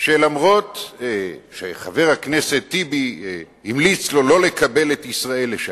שאף-על-פי שחבר הכנסת טיבי המליץ לו לא לקבל את ישראל לשם,